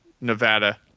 Nevada